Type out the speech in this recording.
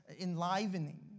enlivening